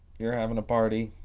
you're having a party?